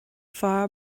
fear